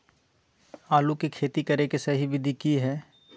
आलू के खेती करें के सही विधि की हय?